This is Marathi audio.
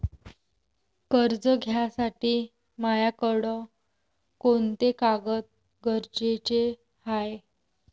कर्ज घ्यासाठी मायाकडं कोंते कागद गरजेचे हाय?